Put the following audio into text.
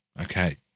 Okay